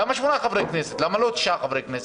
למה שמונה חברי כנסת ולא תשעה חברי כנסת?